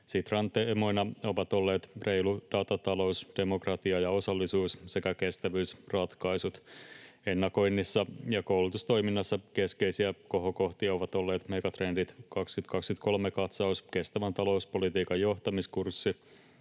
Sitran teemoina ovat olleet reilu datatalous, demokratia ja osallisuus sekä kestävyysratkaisut. Ennakoinnissa ja koulutustoiminnassa keskeisiä kohokohtia ovat olleet Megatrendit 2023 ‑katsaus, kestävän talouspolitiikan johtamiskurssi